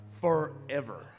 forever